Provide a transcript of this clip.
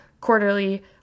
quarterly